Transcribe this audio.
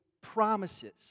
promises